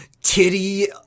titty